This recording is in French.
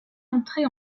entrée